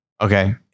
okay